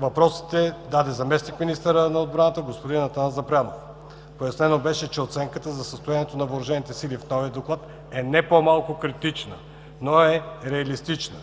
въпросите даде заместник-министърът на отбраната господин Атанас Запрянов. Пояснено беше, че оценката за състоянието на въоръжените сили в новия доклад не е по-малко критична, но е реалистична.